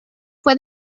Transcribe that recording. fue